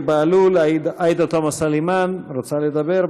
עאידה תומא סלימאן, רוצה לדבר?